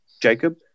Jacob